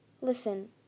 Listen